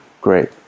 Great